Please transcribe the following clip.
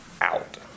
out